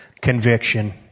conviction